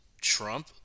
Trump